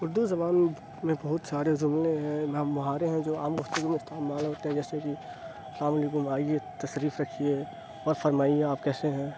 اُردو زبان میں بہت سارے جملے ہیں محاورے ہیں جو عام گفتگو میں استعمال ہوتے ہیں جیسے کہ سلام علیکم آئیے تشریف رکھیے اور فرمائیے آپ کیسے ہیں